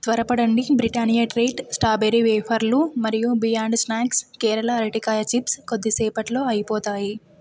త్వరపడండి Britannia treat strawberry వేఫర్లు మరియు బియాండ్ స్న్యాక్స్ కేరళ అరటికాయ చిప్స్ కొద్దిసేపట్లో అయిపోతాయి